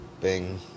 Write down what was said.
Bing